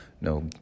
no